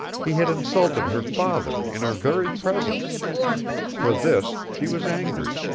he had insulted her father in her very presence for this she was angry.